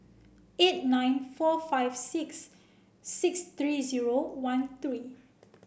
eight nine four five six six three zero one three